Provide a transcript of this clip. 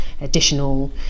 additional